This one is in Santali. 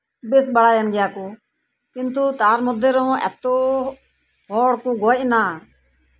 ᱵᱮᱥ ᱵᱟᱲᱟᱭᱮᱱ ᱜᱮᱭᱟ ᱠᱚ ᱠᱤᱱᱛᱩ ᱛᱟᱨ ᱢᱚᱫᱽᱫᱷᱮ ᱨᱮᱦᱚᱸ ᱮᱛᱚ ᱦᱚᱲ ᱠᱚ ᱜᱚᱡ ᱮᱱᱟ